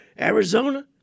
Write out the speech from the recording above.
Arizona